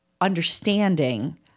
understanding